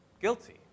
guilty